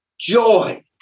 Joy